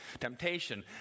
temptation